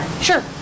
Sure